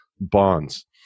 bonds